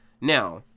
now